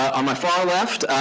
on my far left,